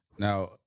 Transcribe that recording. Now